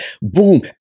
boom